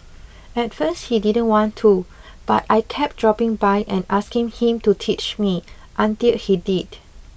at first he didn't want to but I kept dropping by and asking him to teach me until he did